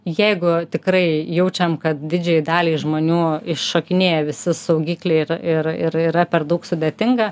jeigu tikrai jaučiam kad didžiajai daliai žmonių iššokinėja visi saugikliai ir ir yra per daug sudėtinga